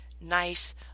Nice